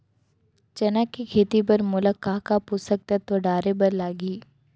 चना के खेती बर मोला का का पोसक तत्व डाले बर लागही?